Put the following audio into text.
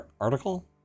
article